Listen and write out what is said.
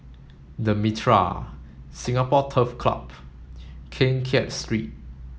the Mitraa Singapore Turf Club Keng Kiat Street